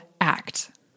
act